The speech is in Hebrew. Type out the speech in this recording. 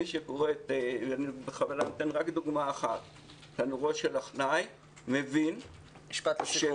מי שקורא את תנורו של עכנאי מבין שתרבות